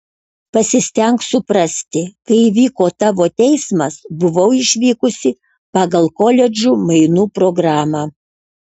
pasistenk suprasti kai įvyko tavo teismas buvau išvykusi pagal koledžų mainų programą